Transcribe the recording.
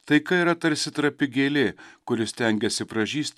taika yra tarsi trapi gėlė kuri stengiasi pražysti